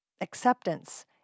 acceptance